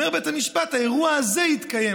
אמר בית המשפט: האירוע הזה יתקיים,